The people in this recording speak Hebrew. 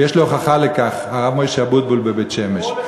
ויש לי הוכחה לכך, הרב משה אבוטבול בבית-שמש.